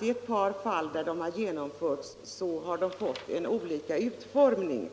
reformen redan är genomförd, har utformningen blivit olika.